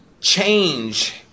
change